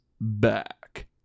back